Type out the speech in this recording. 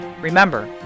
Remember